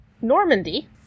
Normandy